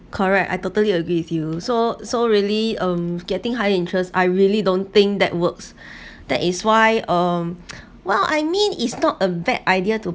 correct I totally agree with you so so really um getting higher interest I really don't think that works that is why um well I mean it's not a bad idea to